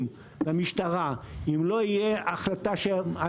אם לא יקצו משאבים למשטרה,